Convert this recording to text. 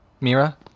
Mira